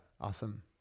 Awesome